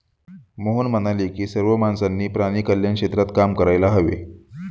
मोहन म्हणाले की सर्व माणसांनी प्राणी कल्याण क्षेत्रात काम करायला हवे